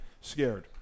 scared